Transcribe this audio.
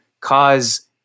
cause